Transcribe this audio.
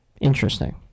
Interesting